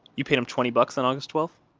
you paid him twenty bucks on august twelve?